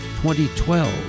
2012